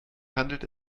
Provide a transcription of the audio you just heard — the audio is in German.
handelt